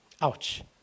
Ouch